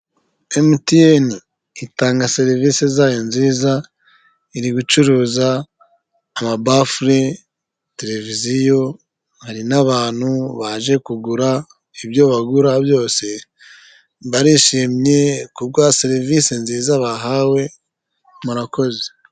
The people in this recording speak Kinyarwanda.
MTN itanga serivisi zayo nziza iri gucuruza amabafure ,televiziyo hari n'abantu baje kugura ibyo bagura byose ,barishimye kubwa serivisi nziza bahawe murakoze .